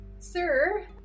Sir